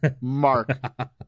Mark